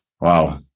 Wow